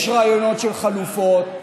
יש רעיונות לחלופות,